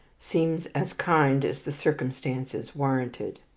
seems as kind as the circumstances warranted.